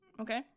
Okay